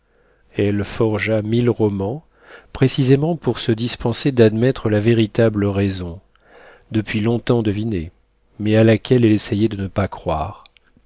elle forgea mille romans précisément pour se dispenser d'admettre la véritable raison depuis longtemps devinée mais à laquelle elle essaya de ne pas croire